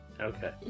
Okay